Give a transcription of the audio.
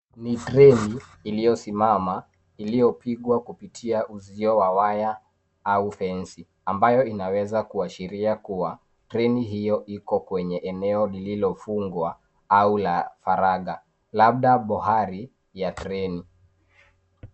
Ni treni iliosimama, iliopigwa kupitia uzio wa waya au fensi ambayo inaweza kuashiria kuwa treni hio liko kwenye eneo lililofungwa au la faraga labda bohari ya kreni